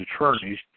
attorneys